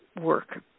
work